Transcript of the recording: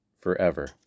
forever